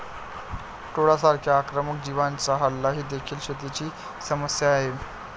टोळांसारख्या आक्रमक जीवांचा हल्ला ही देखील शेतीची समस्या आहे